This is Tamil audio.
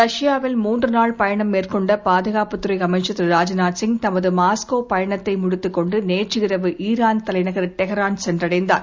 ரஷ்யாவில் மூன்று நாள் பயணம் மேற்கொண்ட பாதுகாப்புத்துறை அமைச்சர் திரு ராஜ்நாத்சிங் தமது மாஸ்கோ பயணத்தை முடித்துக் கொண்டு நேற்றிரவு ஈரான் தலைநகர் டெஹ்ரான் சென்றடைந்தார்